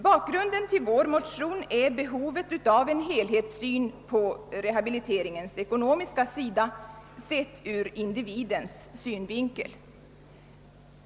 Bakgrunden till våra motioner är behovet av en helhetssyn på rehabilitetingens ekonomiska sida — ur individens synvinkel.